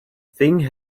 thing